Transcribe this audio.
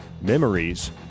memories